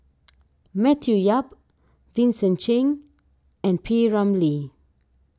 Matthew Yap Vincent Cheng and P Ramlee